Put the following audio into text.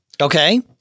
Okay